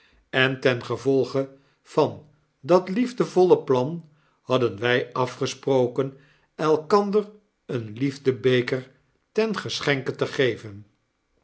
en ten gevolge van dat liefdevolle plan hadden wy afgesproken elkander een liefde-beker ten geschenke te geven